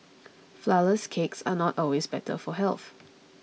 Flourless Cakes are not always better for health